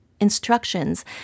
instructions